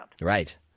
Right